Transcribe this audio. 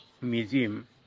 Museum